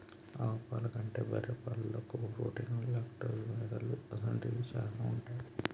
ఆవు పాల కంటే బర్రె పాలల్లో కొవ్వు, ప్రోటీన్, లాక్టోస్, మినరల్ అసొంటివి శానా ఉంటాయి